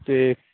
ਅਤੇ